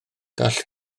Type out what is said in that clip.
gall